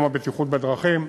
יום הבטיחות בדרכים.